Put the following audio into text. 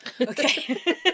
Okay